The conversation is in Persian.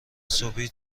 صبحی